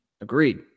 Agreed